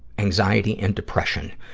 anxiety and depression.